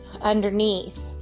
underneath